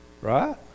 right